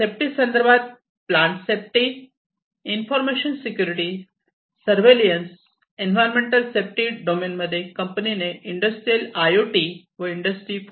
safety संदर्भात plant safety information security surveillance environmental safety domain मध्ये कंपनीने इंडस्ट्रियल आय ओ टी व industry 4